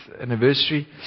anniversary